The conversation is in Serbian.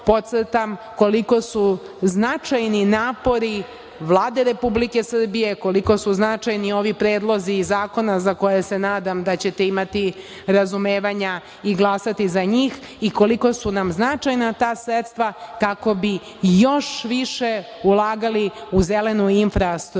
podcrtam koliko su značajni napori Vlade Republike Srbije, koliko su značajni ovi predlozi i zakona za koje se nadam da ćete imati razumevanja i glasati za njih i koliko su nam značajna ta sredstva kako bi još više ulagali u zelenu infrastrukturu,